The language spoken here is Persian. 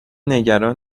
نگران